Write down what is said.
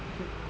okay play